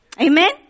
Amen